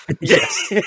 yes